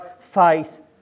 faith